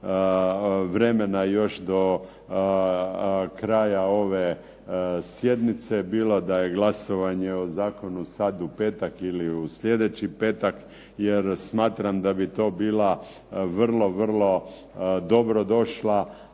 vremena još do kraja ove sjednice, bilo da je glasovanje o zakonu sad u petak ili u slijedeći petak jer smatram da bi to bila vrlo, vrlo dobrodošla,